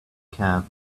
cab